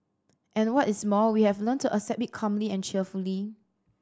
and what is more we have to learn to accept it calmly and cheerfully